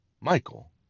Michael